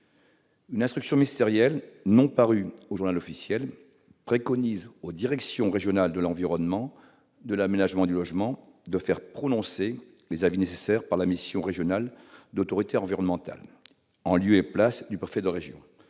Une instruction ministérielle non parue au préconise que les directions régionales de l'environnement, de l'aménagement et du logement fassent prononcer les avis nécessaires par la mission régionale d'autorité environnementale, en lieu et place du préfet de région,